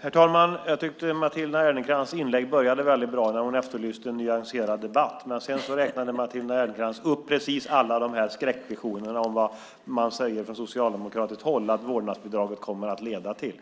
Herr talman! Jag tyckte att Matilda Ernkrans inlägg började väldigt bra när hon efterlyste en nyanserad debatt. Men sedan räknade Matilda Ernkrans upp precis alla skräckvisionerna från socialdemokratiskt håll kring vad vårdnadsbidraget kommer att leda till.